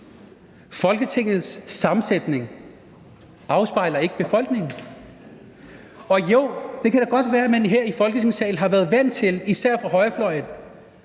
Folketingets sammensætning afspejler ikke befolkningen. Det kan da godt være, at man her i Folketingssalen især fra højrefløjen